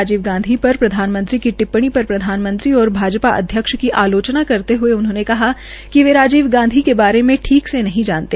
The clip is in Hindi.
राजीव गांधी पर प्रधानमंत्री की टिप्पणी प्रधानमंत्री और भाजपा अध्यक्ष की पर आलोचना करते ह्ये उन्होंने कहा कि वे राजीव गांधी के बारे मे ठीक से नहीं जानते